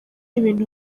ibintu